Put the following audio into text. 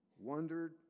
Wondered